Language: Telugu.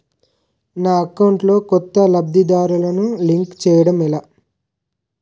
నా అకౌంట్ లో కొత్త లబ్ధిదారులను లింక్ చేయటం ఎలా?